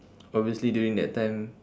obviously during that time